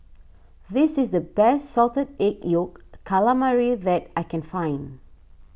this is the best Salted Egg Yolk Calamari that I can find